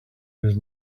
was